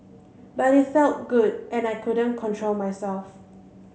but it felt good and I couldn't control myself